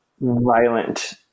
violent